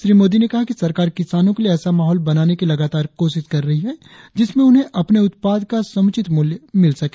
श्री मोदी ने कहा कि सरकार किसानो के लिए ऐसा माहौल बनाने की लगातार कोशिश कर रही है जिसमें उन्हें अपने उत्पाद का समुचित मूल्य मिल सके